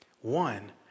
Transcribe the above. One